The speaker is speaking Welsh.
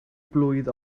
blwydd